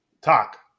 talk